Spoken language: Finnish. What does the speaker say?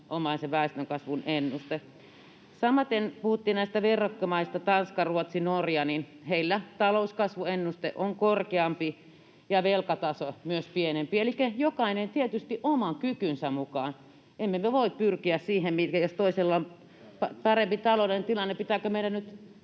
väestönkasvun ennuste. Samaten puhuttiin näistä verrokkimaista, Tanska, Ruotsi ja Norja: Heillä talouskasvuennuste on korkeampi ja velkataso myös pienempi, elikkä jokainen tietysti oman kykynsä mukaan. Emme me voi pyrkiä muuhun. Jos toisella on parempi taloudellinen tilanne, pitääkö meidän nyt